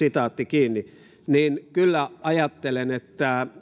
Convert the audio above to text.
niin kyllä ajattelen että